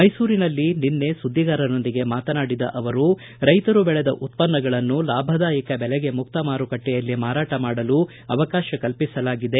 ಮೈಸೂರಿನಲ್ಲಿ ನಿನ್ನೆ ಸುದ್ದಿಗಾರರೊಂದಿಗೆ ಮಾತನಾಡಿದ ಅವರು ರೈತರು ಬೆಳೆದ ಉತ್ಪನ್ನಗಳನ್ನು ಲಾಭದಾಯಕ ಬೆಲೆಗೆ ಮುಕ್ತ ಮಾರುಕಟ್ಟೆಯಲ್ಲಿ ಮಾರಾಟ ಮಾಡಲು ಅವಕಾಶ ಕಲ್ಪಿಸಲಾಗಿದೆ